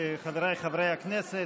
חבריי חברי הכנסת,